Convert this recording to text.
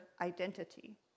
identity